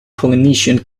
polynesian